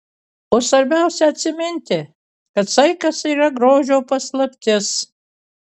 o svarbiausia atsiminti kad saikas yra grožio paslaptis